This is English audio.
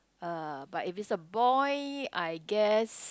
uh but if it's a boy I guess